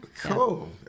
Cool